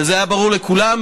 וזה היה ברור לכולם,